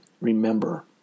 remember